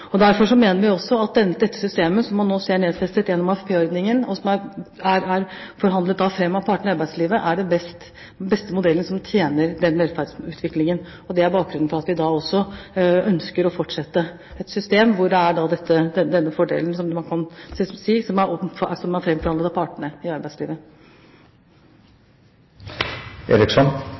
og arbeidstaker. Derfor mener vi også at dette systemet som man nå ser nedfestet gjennom AFP-ordningen, og som er forhandlet frem av partene i arbeidslivet, er den beste modellen som tjener den velferdsutviklingen. Det er bakgrunnen for at vi ønsker å fortsette å ha et system som har denne fordelen – som man kan si – som er fremforhandlet av partene i